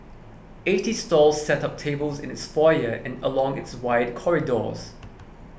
eighty stalls set up tables in its foyer and along its wide corridors